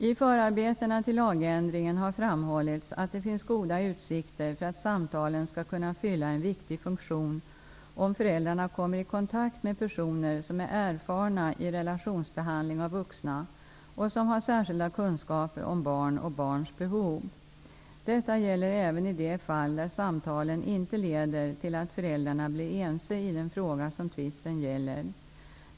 I förarbetena till lagändringen har framhållits att det finns goda utsikter för att samtalen skall kunna fylla en viktig funktion, om föräldrarna kommer i kontakt med personer som är erfarna i relationsbehandling av vuxna och som har särskilda kunskaper om barn och barns behov. Detta gäller även i de fall där samtalen inte leder till att föräldrarna blir ense i den fråga som tvisten gäller.